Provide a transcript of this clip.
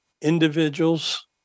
Individuals